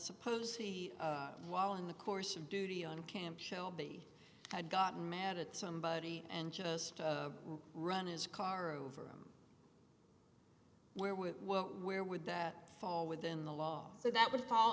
suppose he while in the course of duty on camp shelby had gotten mad at somebody and just run his car over where were where would that fall within the law so that would fall